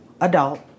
adult